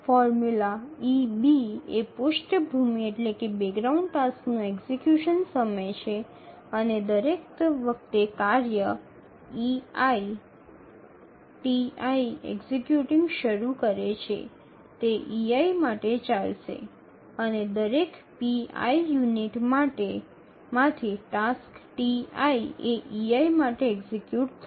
formula eB એ પૃષ્ઠભૂમિ ટાસ્કનો એક્ઝિકયુશન સમય છે અને દરેક વખતે જ્યારે કાર્ય ei ti એક્ઝિકયુટિંગ શરૂ કરે છે તે ei માટે ચાલશે અને દરેક pi યુનિટમાંથી ટાસ્ક ti એ ei માટે એક્ઝિક્યુટ થશે